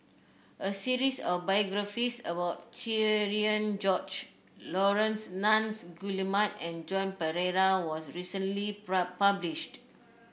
a series of biographies about Cherian George Laurence Nunns Guillemard and Joan Pereira was recently published